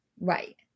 Right